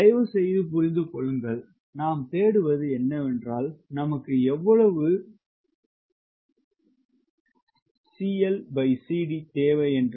தயவுசெய்து புரிந்துகொள்ளுங்கள் நாம் தேடுவது என்னவென்றால் நமக்கு எவ்வளவு எல்சிடி தேவை என்று